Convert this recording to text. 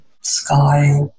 sky